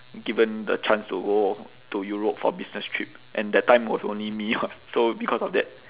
given the chance to go to europe for business trip and that time was only me [what] so because of that